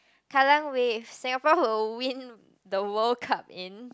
Kallang Wave Singapore will win the World Cup in